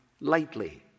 lightly